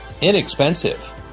inexpensive